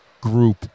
group